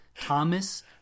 Thomas